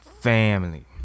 family